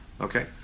Okay